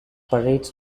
parades